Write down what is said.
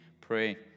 pray